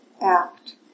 act